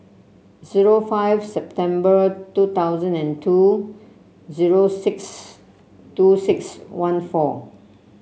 zero five September two thousand and two zero six two six one four